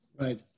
Right